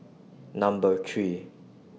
Number three